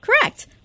Correct